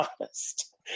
honest